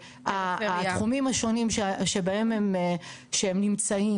התחומים השונים שבהם הם נמצאים,